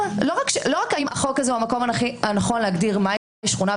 לא רק האם החוק הזה הוא המקום הנכון להגדיר מה היא שכונה,